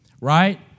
right